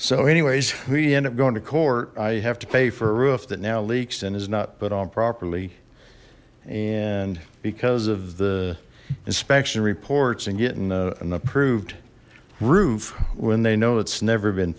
so anyways we ended up going to court i have to pay for a roof that now leaks and has not put on properly and because of the inspection reports and getting an approved roof when they know that's never been